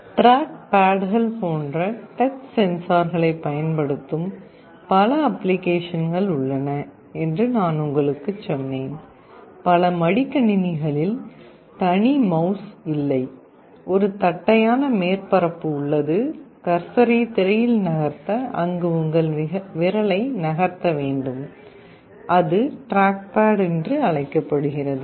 track பேட்கள் போன்ற touch சென்சார்களைப் பயன்படுத்தும் பல அப்ளிகேஷன்கள் உள்ளன என்று நான் உங்களுக்குச் சொன்னேன் பல மடிக்கணினிகளில் தனி மௌஸ் இல்லை ஒரு தட்டையான மேற்பரப்பு உள்ளது கர்சரை திரையில் நகர்த்த அங்கு உங்கள் விரலை நகர்த்த வேண்டும் அது டிராக்பேட் என்று அழைக்கப்படுகிறது